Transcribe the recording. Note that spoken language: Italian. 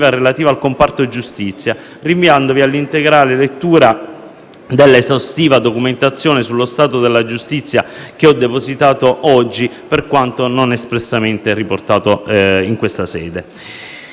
relativa al comparto giustizia, rinviandovi all'integrale lettura della esaustiva documentazione sullo stato della giustizia che ho depositato oggi, per quanto non espressamente riportato in questa sede.